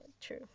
true